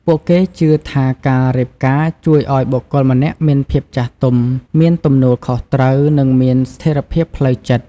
ពួកគេជឿថាការរៀបការជួយឲ្យបុគ្គលម្នាក់មានភាពចាស់ទុំ មានទំនួលខុសត្រូវ និងមានស្ថិរភាពផ្លូវចិត្ត។